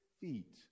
feet